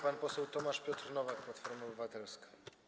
Pan poseł Tomasz Piotr Nowak, Platforma Obywatelska.